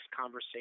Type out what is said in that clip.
conversation